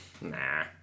Nah